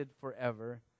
forever